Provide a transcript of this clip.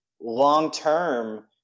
long-term